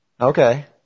Okay